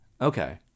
Okay